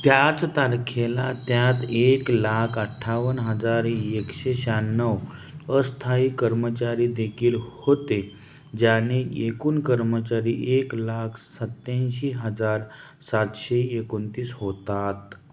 त्याच तारखेला त्यात एक लाख अठ्ठावन्न हजार एकशे शहाण्णव अस्थायी कर्मचारी देखील होते ज्याने एकूण कर्मचारी एक लाख सत्याऐंशी हजार सातशे एकोणतीस होतात